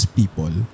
people